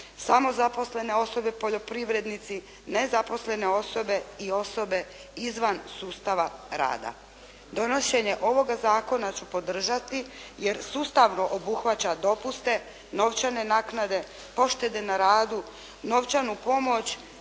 samozaposlene osobe, poljoprivrednici, nezaposlene osobe i osobe izvan sustava rada. Donošenje ovoga zakona ću podržati jer sustavno obuhvaća dopuste, novčane naknade, poštede na radu, novčanu pomoć